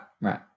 right